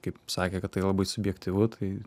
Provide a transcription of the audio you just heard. kaip sakė kad tai labai subjektyvu tai